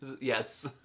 yes